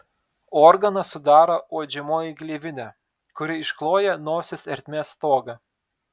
organą sudaro uodžiamoji gleivinė kuri iškloja nosies ertmės stogą